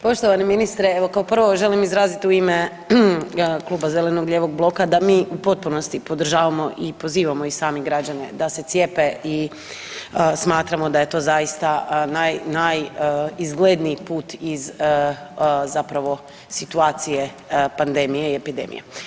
Poštovani ministre, evo kao prvo želim izrazit u ime Kluba zeleno-lijevog bloka da mi u potpunosti podržavamo i pozivamo i sami građane da se cijepe i smatramo da je to zaista naj, najizgledniji put iz zapravo situacije pandemije i epidemije.